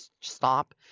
stop